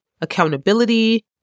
accountability